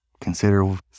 consider